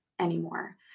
anymore